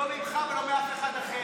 לא ממך ולא מאף אחד אחר.